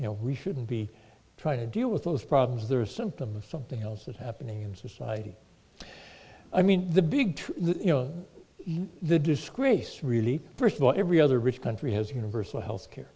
you know we shouldn't be trying to deal with those problems there are symptoms of something else that's happening in society i mean the big you know the disgrace really first of all every other rich country has universal health care